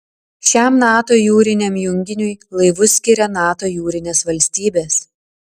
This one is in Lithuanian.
šiam nato jūriniam junginiui laivus skiria nato jūrinės valstybės